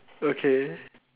okay